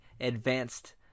advanced